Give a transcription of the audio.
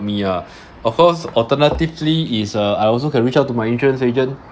me ah of course alternatively is uh I also can reach out to my insurance agent